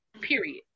Period